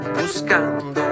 Buscando